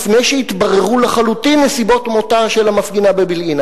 לפני שהתבררו לחלוטין נסיבות מותה של המפגינה בבילעין,